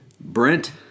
Brent